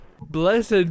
Blessed